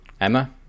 Emma